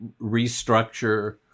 restructure